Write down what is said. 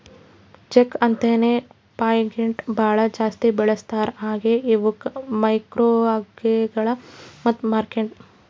ಬೇಕ್ ಅಂತೇನೆ ಪಾಚಿಗೊಳ್ ಭಾಳ ಜಾಸ್ತಿ ಬೆಳಸ್ತಾರ್ ಹಾಂಗೆ ಇವುಕ್ ಮೈಕ್ರೊಅಲ್ಗೇಗಳ ಮತ್ತ್ ಮ್ಯಾಕ್ರೋಲ್ಗೆಗಳು ಅಂತಾರ್